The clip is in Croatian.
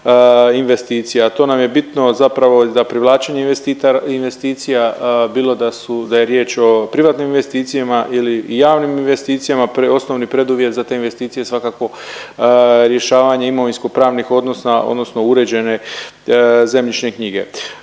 to nam je bitno zapravo za privlačenje investitora, investicija, bilo da su, da je riječ o privatnim investicijama ili javnim investicijama. Osnovni preduvjet za te investicije je svakako rješavanje imovinsko pravnih odnosa odnosno uređene zemljišne knjige.